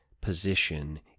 position